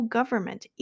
Government